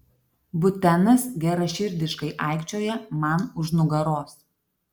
butenas geraširdiškai aikčioja man už nugaros